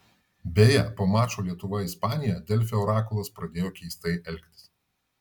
beje po mačo lietuva ispanija delfi orakulas pradėjo keistai elgtis